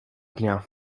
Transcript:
dnia